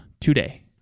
today